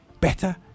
better